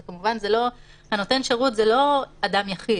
אז כמובן שנותן שירות זה לא אדם יחיד,